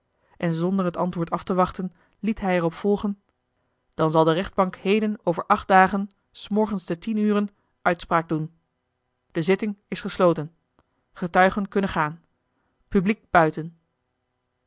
en zonder het antwoord af te wachten liet hij er op volgen dan zal de rechtbank heden over acht dagen s morgens te tien ure uitspraak doen de zitting is gesloten getuigen kunnen gaan publiek buiten